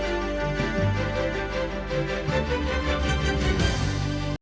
Дякую.